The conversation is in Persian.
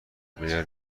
مگر